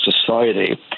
society